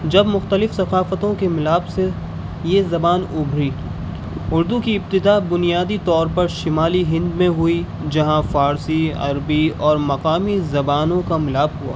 جب مختلف ثقافتوں کے ملاپ سے یہ زبان ابھری اردو کی ابتدا بنیادی طور پر شمالی ہند میں ہوئی جہاں فارسی عربی اور مقامی زبانوں کا ملاپ ہوا